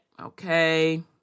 Okay